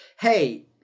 hey